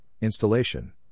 installation